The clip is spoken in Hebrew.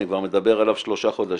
אני כבר מדבר עליו שלושה חודשים,